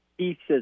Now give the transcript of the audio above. pieces